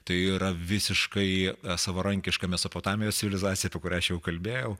tai yra visiškai savarankiška mesopotamijos civilizacija apie kurią aš jau kalbėjau